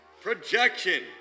Projection